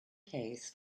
case